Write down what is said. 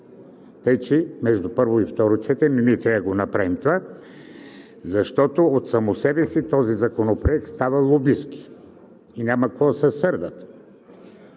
Така че между първо и второ четене трябва да направим това, защото от само себе си този законопроект става лобистки и няма за какво да